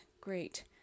great